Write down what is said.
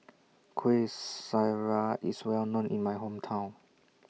Kueh Syara IS Well known in My Hometown